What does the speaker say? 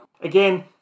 Again